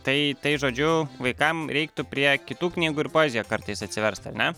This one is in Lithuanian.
tai tai žodžiu vaikam reiktų prie kitų knygų ir poeziją kartais atsiverst ar ne